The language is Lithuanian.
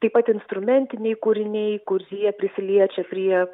taip pat instrumentiniai kūriniai kurie prisiliečia prie